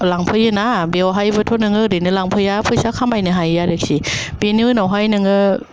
लांफैयो ना बेयावहायबोथ' नोङो ओरैनो लांफैया फैसा खामायनो हायो आरोखि बिनि उनावहाय नोङो